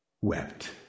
wept